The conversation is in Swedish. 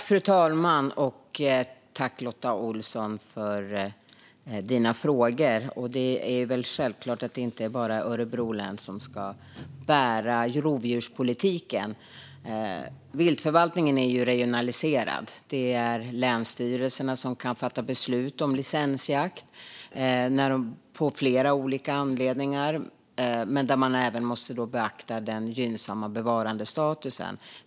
Fru talman! Tack, Lotta Olsson, för dina frågor. Det är väl självklart att det inte bara är Örebro län som ska bära rovdjurspolitiken. Viltförvaltningen är regionaliserad. Det är länsstyrelserna som kan fatta beslut om licensjakt av flera olika anledningar. Men man måste även beakta den gynnsamma bevarandestatusen.